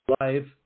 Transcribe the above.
live